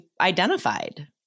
identified